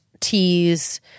teas